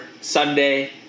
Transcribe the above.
Sunday –